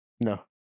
No